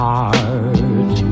heart